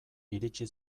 iritsi